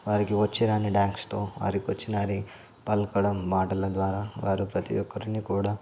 వారికి వచ్చిరాని డాన్స్తో వారికీ వచ్చిరాని పలకడం మాటల ద్వారా వారు ప్రతి ఒక్కరిని కూడా